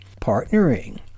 partnering